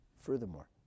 Furthermore